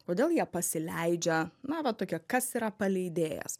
kodėl jie pasileidžia na va tokia kas yra paleidėjas